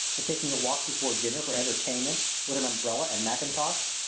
and taking a walk before dinner for entertainment, with an umbrella and mackintosh.